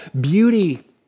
beauty